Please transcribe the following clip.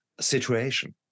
situation